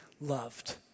loved